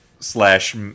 slash